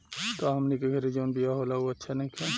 का हमनी के घरे जवन बिया होला उ अच्छा नईखे?